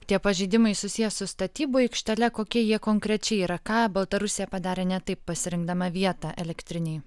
tie pažeidimai susiję su statybų aikštele kokie jie konkrečiai yra ką baltarusija padarė ne taip pasirinkdama vietą elektrinei